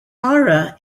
ara